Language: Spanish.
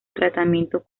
tratamiento